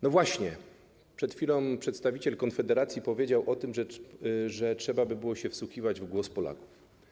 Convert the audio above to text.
No właśnie, przed chwilą przedstawiciel Konfederacji powiedział o tym, że trzeba byłoby wsłuchiwać się w głos Polaków.